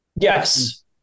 Yes